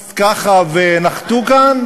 ככה, והם נחתו כאן?